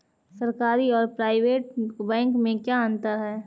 सरकारी और private bank में क्या अंतर है?